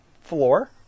floor